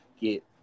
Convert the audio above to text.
get